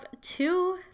two